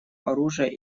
оружия